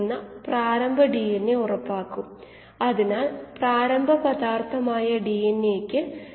ഇപ്പോൾ കീമോസ്റ്റാറ്റ് കേസിൽ പരമാവധി ഉൽപാദനക്ഷമത ഉണ്ടെന്ന് നമ്മൾ കണ്ടു